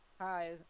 Hi